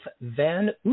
Van